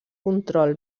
control